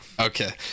Okay